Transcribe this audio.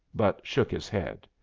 but shook his head.